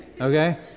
Okay